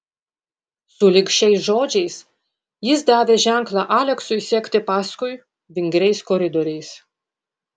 sulig šiais žodžiais jis davė ženklą aleksui sekti paskui vingriais koridoriais